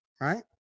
Right